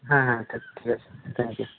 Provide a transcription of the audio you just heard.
হ্যাঁ হ্যাঁ ঠিক আছে থ্যাংক ইউ